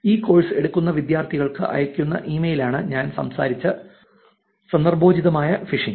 ഈ കോഴ്സ് എടുക്കുന്ന വിദ്യാർത്ഥികൾക്ക് അയയ്ക്കുന്ന ഇമെയിലാണ് ഞാൻ സംസാരിച്ച സന്ദർഭോചിതമായ ഫിഷിംഗ്